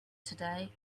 today